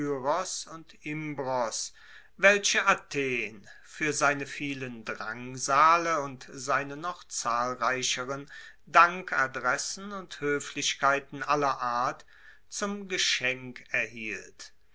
und imbros welche athen fuer seine vielen drangsale und seine noch zahlreicheren dankadressen und hoeflichkeiten aller art zum geschenk erhielt